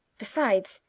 besides,